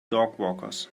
dogwalkers